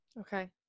Okay